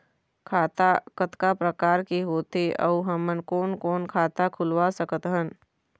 खाता कतका प्रकार के होथे अऊ हमन कोन कोन खाता खुलवा सकत हन?